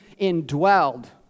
indwelled